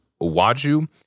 Waju